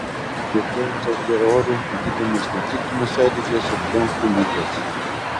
kvėpuojant tokiu oru gydomos ne tik nosiaryklės ir bronchų ligos